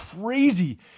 crazy